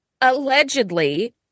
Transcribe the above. allegedly